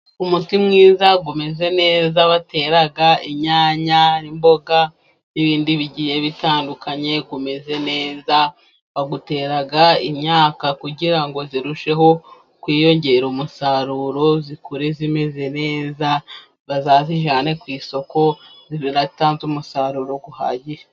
Umuti mwiza umeze neza batera inyanya, imboga n'ibindi bigiye bitandukanye, umeze neza, bawutera imyaka kugira ngo irusheho kwiyongera umusaruro, ikure imeze neza, bazayijyane ku isoko yaratanze umusaruro uhagije.